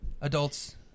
adults